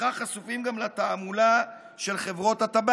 ובכך חשופים גם לתעמולה של חברות הטבק.